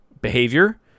behavior